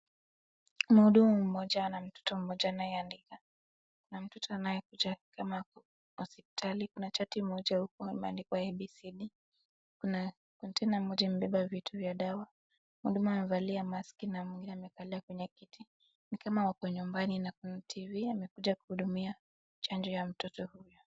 Muhudumu mmoja ana mtoto mmoja anayeandika na mtoto anayekuja nikama ako hosipitali. kuna chart moja ambayo imeandikwa abcd. Kuna container moja ambayo imebeba vitu xa dawa. Muhudumu amevalia mask na kuna mwingine ameketi kwenye kiti. Nikama wako nyumbani na kuna tv.Amekuja kuhudumia chanjo ya mtoto huyu.